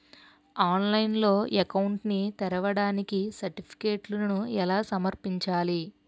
ఆన్లైన్లో అకౌంట్ ని తెరవడానికి సర్టిఫికెట్లను ఎలా సమర్పించాలి?